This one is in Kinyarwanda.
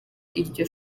iryo